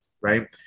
right